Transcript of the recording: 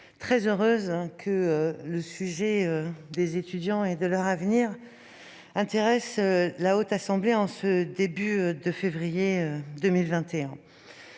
très heureuse que la question des étudiants et de leur avenir intéresse la Haute Assemblée en ce début du mois de février 2021.